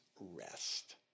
rest